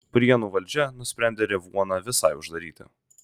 prienų valdžia nusprendė revuoną visai uždaryti